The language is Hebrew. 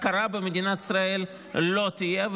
הכרה במדינת ישראל לא תהיה,